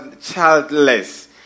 childless